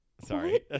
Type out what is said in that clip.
Sorry